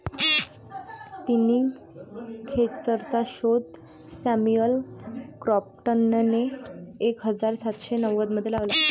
spinning खेचरचा शोध Samuel क्रॉम्प्टनने एक हजार सातशे नव्वदमध्ये लावला